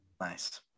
nice